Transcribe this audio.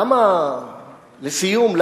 לסיום,